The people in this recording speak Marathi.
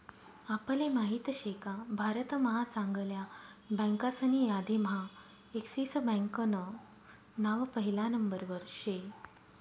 आपले माहित शेका भारत महा चांगल्या बँकासनी यादीम्हा एक्सिस बँकान नाव पहिला नंबरवर शे